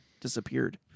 disappeared